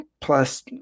plus